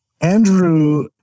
Andrew